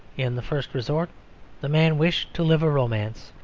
in the first resort the man wished to live a romance.